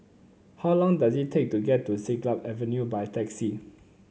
how long does it take to get to Siglap Avenue by taxi